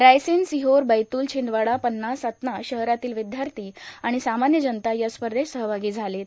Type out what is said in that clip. रायसेन सिहोर बैतुल छिंदवाडा पव्ना सतना शहरातील विद्यार्थी आणि सामान्य जनता या स्पर्धेत सहभागी झालीत